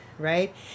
Right